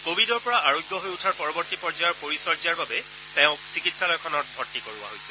কোভিডৰ পৰা আৰোগ্য হৈ উঠাৰ পৰৱৰ্তী পৰ্যায়ৰ পৰিচৰ্যাৰ বাবে তেওঁক চিকিৎসালয়খনত ভৰ্তি কৰোৱা হৈছে